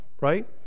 right